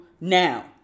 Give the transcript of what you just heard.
now